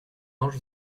mange